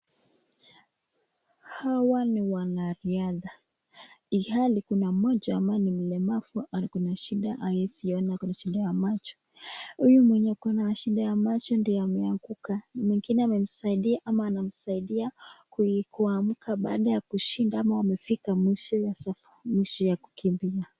Hawa ni wanariadha, ilhali kuna mmoja ambaye ni mlemavu, ako na shida hawezi ona, ako na shida ya macho. Huyu mwenye ako na shida ya macho ndiye ameanguka, mwingine amemsaidia ama anamsaidia kuamka baada ya kushinda ama wamefika mwisho ya kukimbia.